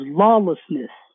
lawlessness